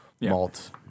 malt